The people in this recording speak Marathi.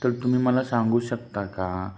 तर तुम्ही मला सांगू शकता का